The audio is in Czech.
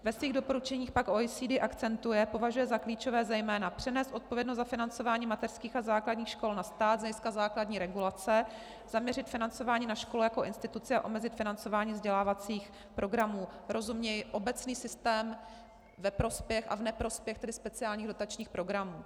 Ve svých doporučeních pak OECD akcentuje, považuje za klíčové zejména přenést odpovědnost za financování mateřských a základních škol na stát z hlediska základní regulace, zaměřit financování na škole jako instituci a omezit financování vzdělávacích programů, rozuměj obecný systém, ve prospěch a v neprospěch speciálních dotačních programů.